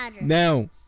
Now